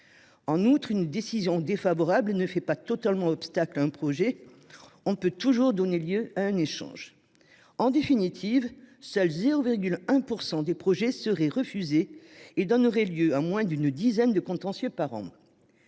En outre, une décision défavorable ne fait pas totalement obstacle à un projet, car elle peut toujours donner lieu à un échange. Ainsi, en définitive, seulement 0,1 % des projets seraient refusés, ce qui conduirait à moins d’une dizaine de contentieux par an.